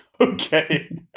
Okay